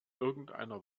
irgendeiner